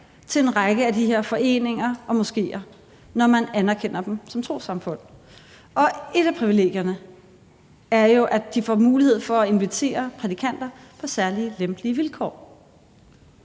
til en række af de her foreninger og moskéer, når man anerkender dem som trossamfund. Og et af privilegierne er jo, at de får mulighed for at invitere prædikanter på særlig lempelige vilkår.